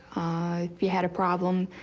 ah if you had a problem,